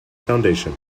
foundation